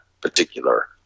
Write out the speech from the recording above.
particular